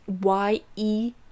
Y-E